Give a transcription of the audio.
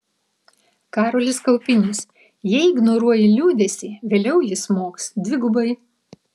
karolis kaupinis jei ignoruoji liūdesį vėliau jis smogs dvigubai